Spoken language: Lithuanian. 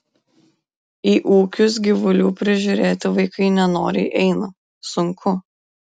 į ūkius gyvulių prižiūrėti vaikai nenoriai eina sunku